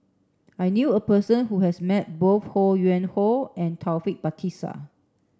I knew a person who has met both Ho Yuen Hoe and Taufik Batisah